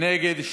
נגד,